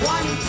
One